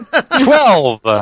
Twelve